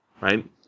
right